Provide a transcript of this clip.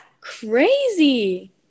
crazy